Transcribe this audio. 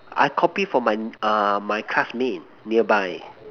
I copy from my uh my classmate nearby